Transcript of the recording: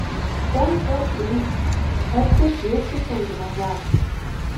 oi ar eisi ar tekėsi tu už manęs